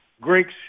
Greeks